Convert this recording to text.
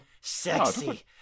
Sexy